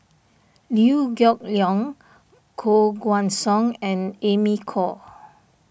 Liew Geok Leong Koh Guan Song and Amy Khor